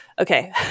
okay